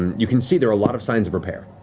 you can see there are a lot of signs of repair.